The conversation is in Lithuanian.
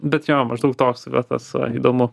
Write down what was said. bet jo maždaug toks verslas įdomu